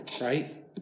right